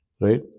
right